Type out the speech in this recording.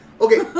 Okay